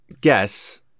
guess